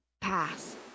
pass